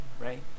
right